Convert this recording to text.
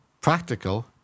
practical